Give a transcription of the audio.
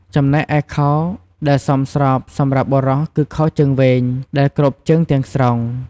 ចំំណែកឯខោដែលសមស្របសម្រាប់បុរសគឺខោជើងវែង ដែលគ្របជើងទាំងស្រុង។